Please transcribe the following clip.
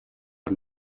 are